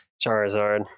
Charizard